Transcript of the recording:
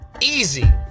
easy